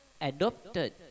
adopted